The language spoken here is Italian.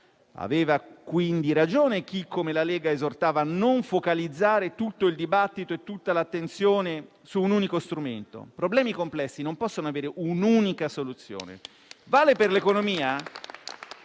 Aveva quindi ragione chi, come la Lega, esortava a non focalizzare tutto il dibattito e tutta l'attenzione su un unico strumento: problemi complessi non possono avere un'unica soluzione.